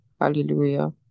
Hallelujah